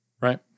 right